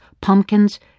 pumpkins